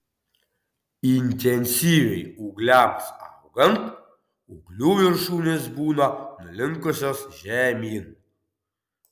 intensyviai ūgliams augant ūglių viršūnės būna nulinkusios žemyn